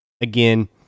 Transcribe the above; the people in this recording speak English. again